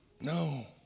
No